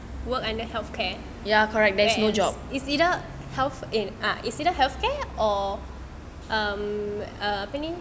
work under healthcare then it's either health in it's either healthcare or um um apa ni